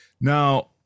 Now